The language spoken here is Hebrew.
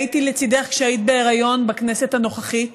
והייתי לצידך כשהיית בהיריון בכנסת הנוכחית,